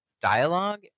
dialogue